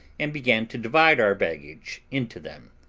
and began to divide our baggage into them.